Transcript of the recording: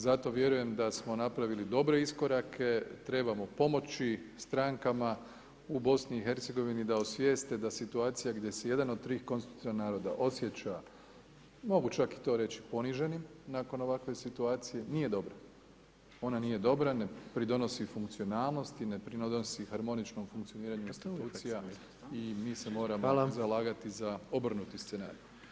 Zato vjerujem da smo napravili dobre iskorake, trebamo pomoći strankama u Bosni i Hercegovini da osvijeste da situaciju gdje se 1 od 3 konstitutivna naroda osjeća, mogu čak i to reći, poniženim nakon ovakve situacije, nije dobro, ona nije dobra, ne pridonosi funkcionalnosti, ne pridonosi harmoničnom funkcioniranju institucija i mi se moramo zalagati za obrnuti scenarij.